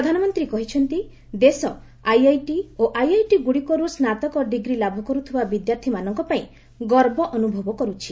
ପ୍ରଧାନମନ୍ତ୍ରୀ କହିଛନ୍ତି ଦେଶ ଆଇଆଇଟି ଓ ଆଇଆଇଟି ଗୁଡ଼ିକରୁ ସ୍ନାତକ ଡିଗ୍ରୀ ଲାଭ କର୍ଥିବା ବିଦ୍ୟାର୍ଥୀମାନଙ୍କ ପାଇଁ ଗର୍ବ ଅନୁଭବ କର୍ୁଛି